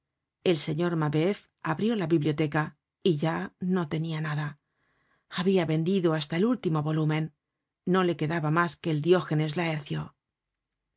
el señor mabeuf abrió la biblioteca y ya no tenia nada habia vendido hasta el último volumen no le quedaba mas que el diógenes laercio